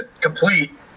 complete